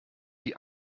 die